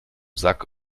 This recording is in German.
sack